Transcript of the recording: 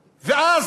שלום.